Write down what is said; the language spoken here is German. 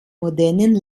modernen